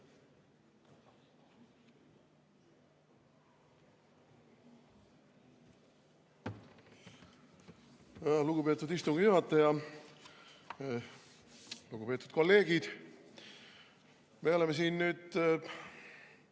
Lugupeetud istungi juhataja! Lugupeetud kolleegid! Me oleme siin nüüd